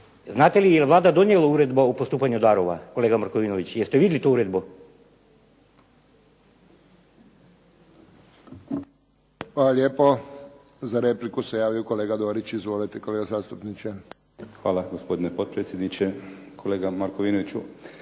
znate li je li Vlada donijela uredbu o postupanju darova, kolega Markovinović. Jeste vidjeli tu uredbu? **Friščić, Josip (HSS)** Hvala lijepa. Za repliku se javio kolega Dorić. Izvolite, kolega zastupniče. **Dorić, Miljenko (HNS)** Hvala gospodine potpredsjedniče. Kolega Markovinoviću,